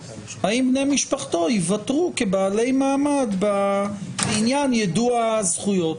ייוותרו כבעלי מעמד לעניין יידוע הזכויות?